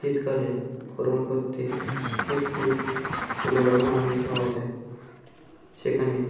শীতকালে ভ্রমণ করতে একটু অন্য রকম আনন্দ পাওয়া যায় সেখানে